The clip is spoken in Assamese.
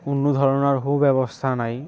কোনো ধৰণৰ সু ব্যৱস্থা নাই